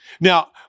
Now